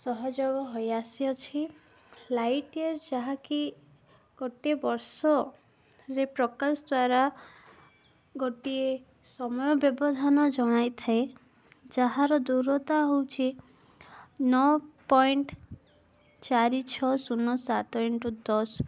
ସହଯୋଗ ହୋଇଆସିଅଛି light year ଯାହାକି ଗୋଟିଏ ବର୍ଷରେ ପ୍ରକାଶ ଦ୍ୱାରା ଗୋଟିଏ ସମୟ ବ୍ୟବଧାନ ଜଣାଇଥାଏ ଯାହାର ଦୂରତା ହେଉଛି ନଅ ପଏଣ୍ଟ ଚାରି ଛଅ ଶୂନ ସାତ ଇଣ୍ଟୁ ଦଶ